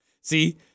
See